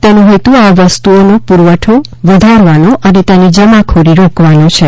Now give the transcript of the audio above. તેનો હેતુ આ વસ્તુઓનો પુરવઠો વધારવાનો અને તેની જમાખોરી રોકવાનો છે